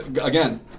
again